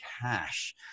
cash